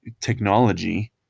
technology